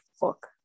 book